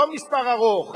לא מספר ארוך,